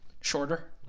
Shorter